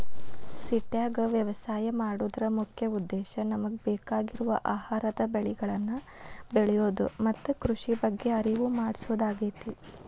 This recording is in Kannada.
ಸಿಟ್ಯಾಗ ವ್ಯವಸಾಯ ಮಾಡೋದರ ಮುಖ್ಯ ಉದ್ದೇಶ ನಮಗ ಬೇಕಾಗಿರುವ ಆಹಾರದ ಬೆಳಿಗಳನ್ನ ಬೆಳಿಯೋದು ಮತ್ತ ಕೃಷಿ ಬಗ್ಗೆ ಅರಿವು ಮೂಡ್ಸೋದಾಗೇತಿ